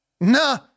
Nah